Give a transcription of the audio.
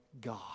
God